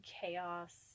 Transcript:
chaos